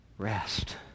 rest